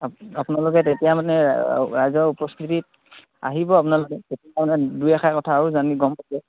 আপোনালোকে তেতিয়া মানে ৰাইজৰ উপস্থিতিত আহিব আপোনালোকে তেতিয়া মানে দুই এষাৰ কথা আৰু জানি